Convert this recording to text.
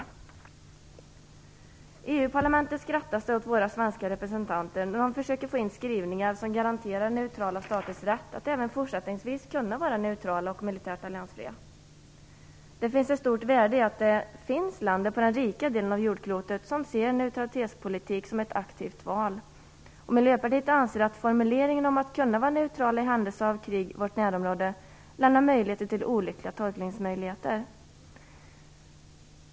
I EU-parlamentet skrattas det åt våra svenska representanter när de försöker få in skrivningar som garanterar neutrala staters rätt att även fortsättningsvis vara neutrala och militärt alliansfria. Det ligger ett stort värde i att det finns länder i den rika delen av jordklotet som ser neutralitetspolitik som ett aktivt val. Miljöpartiet anser att formuleringen om att kunna vara neutral i händelse av krig i vårt närområde lämnar möjligheter till olyckliga tolkningsmöjligheter.